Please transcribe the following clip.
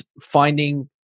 finding